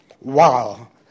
wow